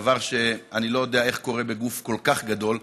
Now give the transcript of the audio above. דבר שאני לא יודע איך קורה בגוף כל כך גדול.